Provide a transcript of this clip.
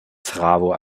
trafo